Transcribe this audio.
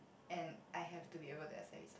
and I have to be able to accept